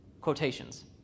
Quotations